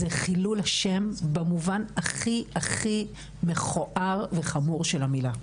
זה חילול ה' במובן הכי הכי מכוער וחמור של המילה.